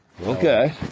okay